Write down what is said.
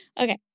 Okay